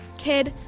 kid,